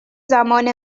زمان